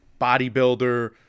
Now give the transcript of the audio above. Bodybuilder